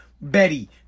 Betty